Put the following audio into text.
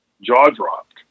jaw-dropped